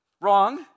Wrong